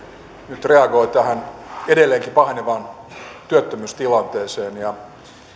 nyt reagoi tähän edelleenkin pahenevaan työttömyystilanteeseen ja on valmis ottamaan konkreettisia toimia työllisyyden